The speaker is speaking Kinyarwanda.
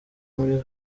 muri